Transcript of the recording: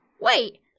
Wait